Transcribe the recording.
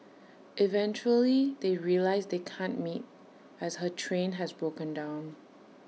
eventually they realise they can't meet as her train has broken down